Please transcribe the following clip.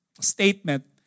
statement